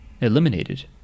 eliminated